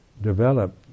develop